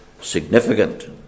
significant